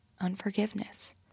unforgiveness